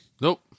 Nope